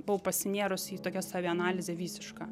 buvau pasinėrusi į tokią savianalizę visišką